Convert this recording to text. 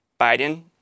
Biden